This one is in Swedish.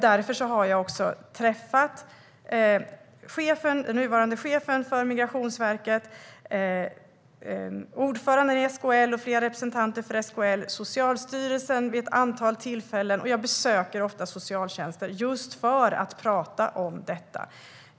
Därför har jag vid ett flertal tillfällen träffat den nuvarande chefen för Migrationsverket, ordföranden i SKL och flera representanter för SKL samt Socialstyrelsen för att prata om detta, och jag besöker också ofta socialtjänster.